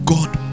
God